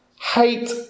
hate